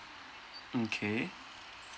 mm K